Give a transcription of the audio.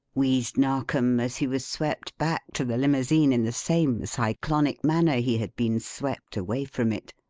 wheezed narkom as he was swept back to the limousine in the same cyclonic manner he had been swept away from it.